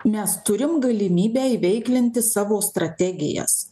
mes turim galimybę įveiklinti savo strategijas